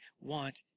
want